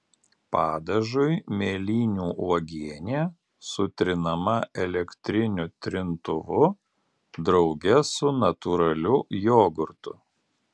padažui mėlynių uogienė sutrinama elektriniu trintuvu drauge su natūraliu jogurtu